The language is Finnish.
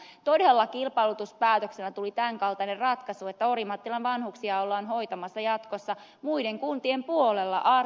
todella kilpailutuspäätöksellä tuli tämän kaltainen ratkaisu että orimattilan vanhuksia ollaan hoitamassa jatkossa muiden kuntien puolella